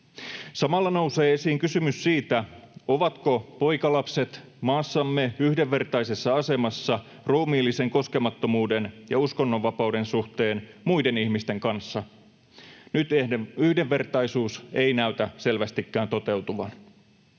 Samalla nousee esiin kysymys siitä, ovatko poikalapset maassamme yhdenvertaisessa asemassa ruumiillisen koskemattomuuden ja uskonnonvapauden suhteen muiden ihmisten kanssa. Nyt yhdenvertaisuus ei näytä selvästikään toteutuvan.